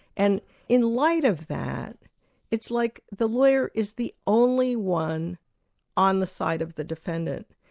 and in light of that it's like the lawyer is the only one on the side of the defendant.